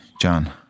John